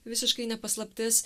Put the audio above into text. visiškai ne paslaptis